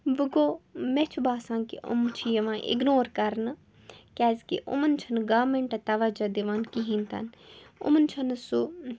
وۄنۍ گوٚو مےٚ چھُ باسان کہِ یِم چھِ یِوان اِگنوٗر کَرنہٕ کیازکہِ یِمَن چھَنہٕ گامیٚنٛٹَہ تَوَجہ دِوان کِہیٖنۍ تِنہٕ یِمَن چھُنہٕ سۄ